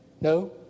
No